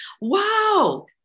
Wow